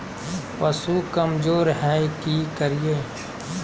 पशु कमज़ोर है कि करिये?